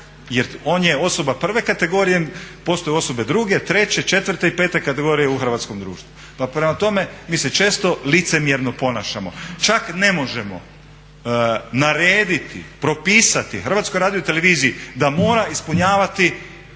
jer on je osoba prve kategorije. Postoje osobe druge, treće, četvrte i pete kategorije u hrvatskom društvu. Pa prema tome, mi se često licemjerno ponašamo. Čak ne možemo narediti, propisati Hrvatskoj radioteleviziji da mora ispunjavati